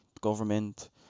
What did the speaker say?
government